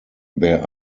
there